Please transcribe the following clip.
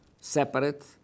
separate